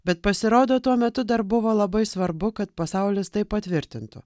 bet pasirodo tuo metu dar buvo labai svarbu kad pasaulis tai patvirtintų